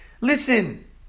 Listen